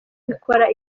bikora